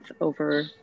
over